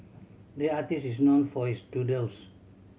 the artist is known for his doodles